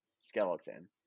skeleton